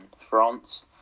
France